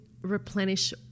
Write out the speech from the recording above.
replenish